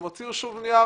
הם הוציאו שוב נייר